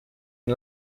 and